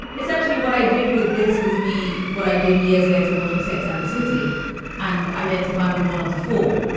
essentially, what i did with this was me. what i did years later watching sex and the city and identifying with one of the four.